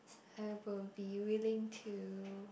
I will be willing to